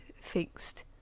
fixed